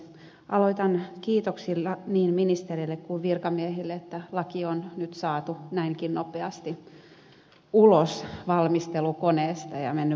aloitan kiitoksilla niin ministereille kuin virkamiehille että laki on nyt saatu näinkin nopeasti ulos valmistelukoneesta ja se on mennyt valtioneuvoston läpi